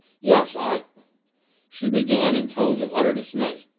yes i she began in tones of utter dismay.